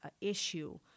issue